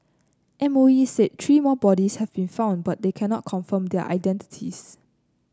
M O E said three more bodies have been found but they cannot confirm their identities